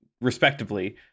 respectively